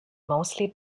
mostly